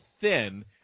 thin